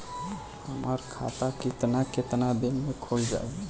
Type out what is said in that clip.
हमर खाता कितना केतना दिन में खुल जाई?